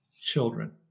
children